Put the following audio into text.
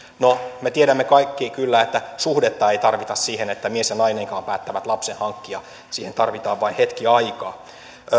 no me tiedämme kaikki kyllä että suhdetta ei tarvita siihen että mies ja nainenkaan päättävät lapsen hankkia siihen tarvitaan vain hetki aikaa